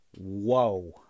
whoa